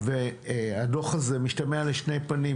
הדוח הזה משתמע לשתי פנים.